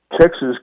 Texas